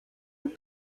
will